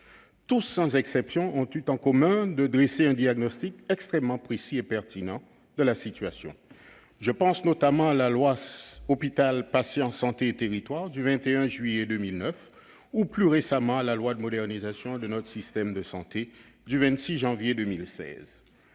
Tous sans exception ont dressé un diagnostic extrêmement précis et pertinent de la situation. Je pense notamment à la loi Hôpital, patients, santé et territoires du 21 juillet 2009 ou, plus récemment, à la loi de modernisation de notre système de santé du 26 janvier 2016.